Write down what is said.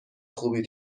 خوبی